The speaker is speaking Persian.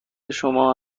شما